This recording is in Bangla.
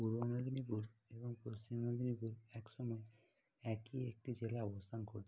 পূর্ব মেদিনীপুর এবং পশ্চিম মেদিনীপুর এক সময় একই একটি জেলায় অবস্থান করত